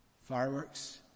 Fireworks